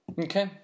Okay